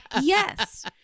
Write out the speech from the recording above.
yes